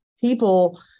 people